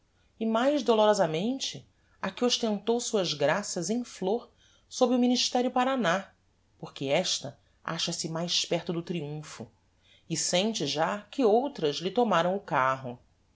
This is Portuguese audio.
e mais dolorosamente a que ostentou suas graças em flor sob o ministerio paraná porque esta acha-se mais perto do triumpho e sente já que outras lhe tomaram o carro